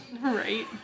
Right